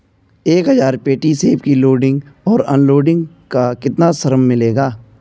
एक हज़ार पेटी सेब की लोडिंग और अनलोडिंग का कितना श्रम मिलेगा?